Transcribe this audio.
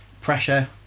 Pressure